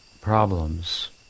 problems